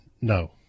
No